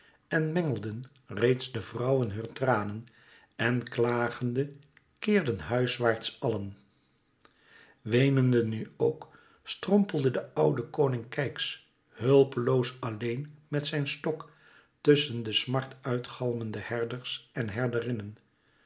en mengelden reeds de vrouwen heur tranen en klagende keerden huiswaarts allen weenende nu ook strompelde de oude koning keyx hulpeloos alleen met zijn stok tusschen de smart uit galmende herders en